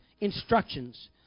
instructions